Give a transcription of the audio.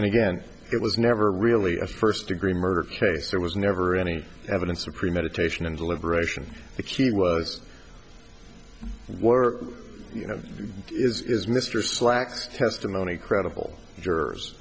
and again it was never really a first degree murder case there was never any evidence of premeditation and deliberation the key was were you know is mr slack's testimony credible jurors